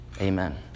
Amen